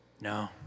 No